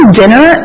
dinner